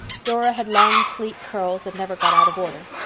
dora had long sleek curls that never got out of order.